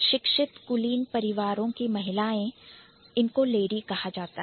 शिक्षित कुलीन परिवारों की महिलाओं को लेडी कहा जाता है